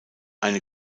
eine